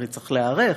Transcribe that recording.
הרי צריך להיערך,